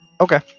Okay